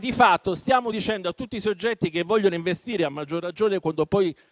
di fatto stiamo dicendo a tutti i soggetti che vogliono investire, a maggior ragione quando poi